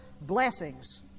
blessings